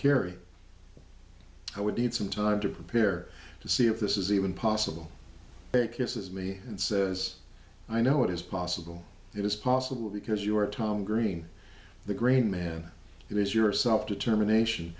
carry i would need some time to prepare to see if this is even possible it kisses me and says i know it is possible it is possible because you are tom green the green man it is your self determination